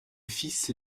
fils